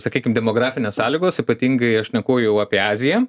sakykim demografinės sąlygos ypatingai aš šneku jau apie aziją